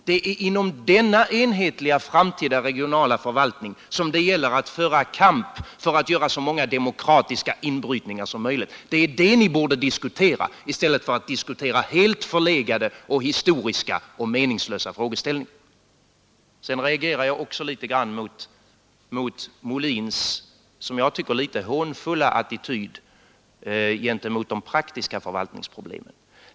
Det är inom denna enhetliga framtida regionala förvaltning som det gäller att föra en kamp för att göra så många demokratiska inbrytningar som möjligt. Det är detta ni borde diskutera i stället för att diskutera helt förlegade och meningslösa historiska frågeställningar. Jag reagerar också litet grand mot herr Molins som jag tycker en aning hånfulla attityd gentemot de praktiska förvaltningsproblemen.